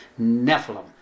Nephilim